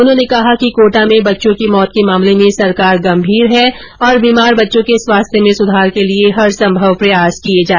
उन्होंने कहा कि कोटा में बच्चों की मौत के मामले में सरकार गंभीर है और बीमार बच्चों के स्वास्थ्य में सुधार के लिए हरसंभव प्रयास किये जा रहे है